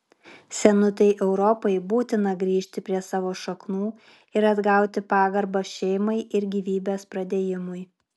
senutei europai būtina grįžti prie savo šaknų ir atgauti pagarbą šeimai ir gyvybės pradėjimui